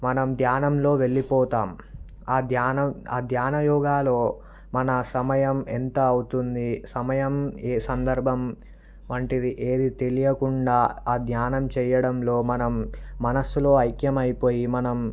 మనం ధ్యానంలో వెళ్ళిపోతాము ఆ ధ్యానం ఆ ధ్యాన యోగాలో మన సమయం ఎంత అవుతుంది సమయం ఈ సందర్భం వంటిది ఏదీ తెలియకుండా ఆ ధ్యానం చేయడంలో మనం మనసులో ఐక్యమైపోయి మనం